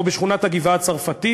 או בשכונת הגבעה-הצרפתית,